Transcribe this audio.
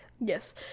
Yes